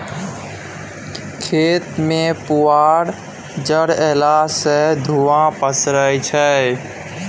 खेत मे पुआर जरएला सँ धुंआ पसरय छै